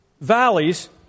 valleys